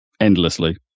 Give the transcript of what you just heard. endlessly